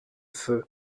feu